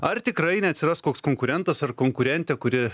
ar tikrai neatsiras koks konkurentas ar konkurentė kuri